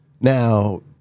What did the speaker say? Now